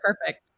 perfect